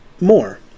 More